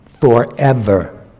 forever